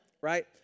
right